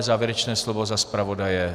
Závěrečné slovo za zpravodaje?